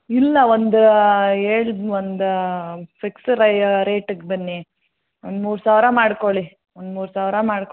ಇಲ್ಲ ಒಂದು ಎರಡು ಒಂದ ಫಿಕ್ಸ್ ರೈಯ ರೇಟಗೆ ಬನ್ನಿ ಒಂದು ಮೂರು ಸಾವಿರ ಮಾಡಿಕೊಳ್ಳಿ ಒಂದು ಮೂರು ಸಾವಿರ ಮಾಡ್ಕೋ